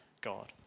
God